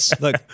Look